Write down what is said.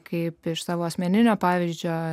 kaip iš savo asmeninio pavyzdžio